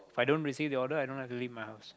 If i don't receive the order i don't have to leave my house